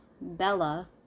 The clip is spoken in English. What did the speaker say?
Bella